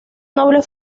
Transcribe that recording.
noble